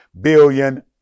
billion